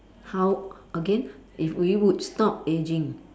how again if we would stop aging